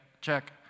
check